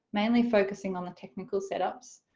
mainly focusing on the technical setups.